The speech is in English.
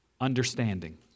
understanding